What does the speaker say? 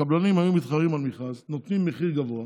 הקבלנים היו מתחרים על המכרז, נותנים מחיר גבוה,